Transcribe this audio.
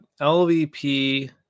lvp